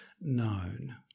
known